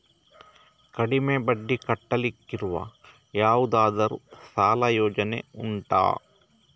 ಕಡಿಮೆ ಬಡ್ಡಿ ಕಟ್ಟಲಿಕ್ಕಿರುವ ಯಾವುದಾದರೂ ಸಾಲ ಯೋಜನೆ ಉಂಟಾ